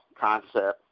concept